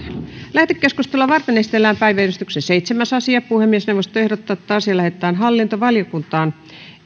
lähetekeskustelua varten esitellään päiväjärjestyksen seitsemäs asia puhemiesneuvosto ehdottaa että asia lähetetään hallintovaliokuntaan